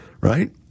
right